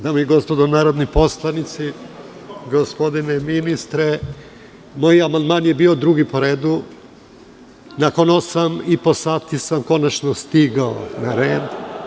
Dame i gospodo narodni poslanici, gospodine ministre, moj amandman je bio drugi po redu, nakon osam i po sati sam konačno stigao na red.